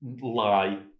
Lie